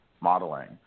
modeling